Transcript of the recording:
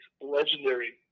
legendary